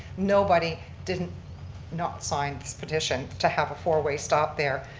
nobody didn't not sign this petition to have a four-way stop there.